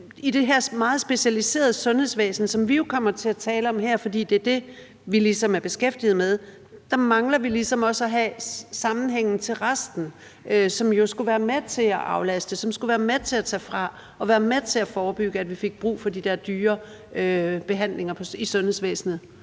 i det her meget specialiserede sundhedsvæsen, som vi jo kommer til at tale om her, fordi det er det, vi beskæftiger os med, og at vi ligesom også mangler at have sammenhængen til resten af det, som jo skulle være med til at aflaste, som skulle være med til at tage fra, og som skulle være med til at forebygge, at vi fik brug for de der dyre behandlinger i sundhedsvæsenet.